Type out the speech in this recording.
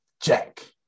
Jack